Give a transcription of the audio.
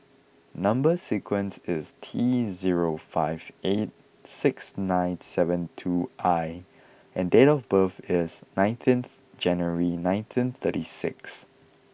number sequence is T zero five eight six nine seven two I and date of birth is nineteenth January nineteen thirty six